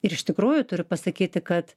ir iš tikrųjų turiu pasakyti kad